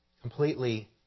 completely